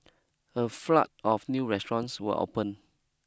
a flood of new restaurants will open